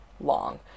long